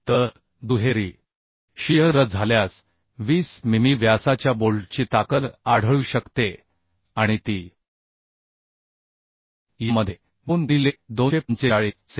तर दुहेरी शिअर झाल्यास 20 मिमी व्यासाच्या बोल्टची ताकद आढळू शकते आणि ती यामध्ये 2 गुणिले 245 असेल